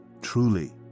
Truly